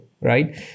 right